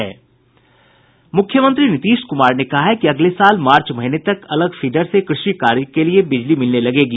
मूख्यमंत्री नीतीश कुमार ने कहा है कि अगले साल मार्च महीने तक अलग फीडर से कृषि कार्य के लिए बिजली मिलने लगेगी